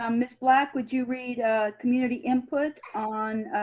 um ms. black, would you read community input on